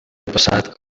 passat